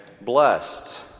blessed